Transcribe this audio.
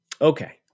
Okay